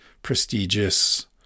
prestigious